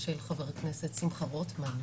של חבר הכנסת שמחה רוטמן.